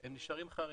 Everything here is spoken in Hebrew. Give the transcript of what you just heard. הם נשארים חרדים,